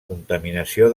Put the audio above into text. contaminació